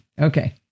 Okay